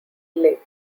lay